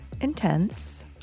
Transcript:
intense